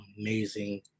amazing